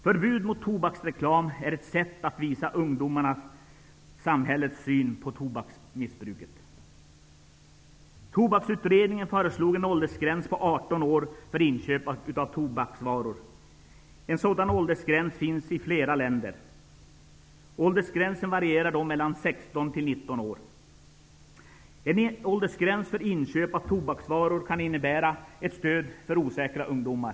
Förbud mot tobaksreklam är ett sätt att visa ungdomarna samhällets syn på tobaksmissbruket. Tobaksutredningen föreslog en åldersgräns på 18 år för inköp av tobaksvaror. En åldersgräns finns i flera länder. Åldersgränsen varierar mellan 16 och 19 år. En åldersgräns för inköp av tobaksvaror kan innebära ett stöd för osäkra ungdomar.